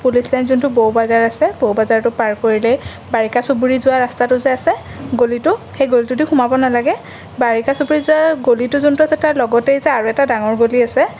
police line যোনটো বৌ বাজাৰ আছে বৌ বাজাৰটো পাৰ কৰিলেই বাৰিকা চুবুৰি যোৱা ৰাস্তাটো যে আছে গলিটো সেই গলিটোৱেদি সোমাব নালাগে বাৰিকা চুবুৰি যোৱা গলিটো যোনটো আছে তাৰ লগতেই যে আৰু এটা ডাঙৰ গলি আছে